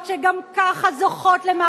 כדי לחזק את ההתנחלויות,